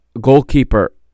Goalkeeper